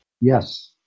Yes